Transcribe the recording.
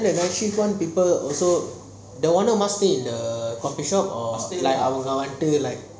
then other people also the owner not stay in the coffee shop or